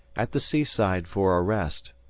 at the seaside for a rest,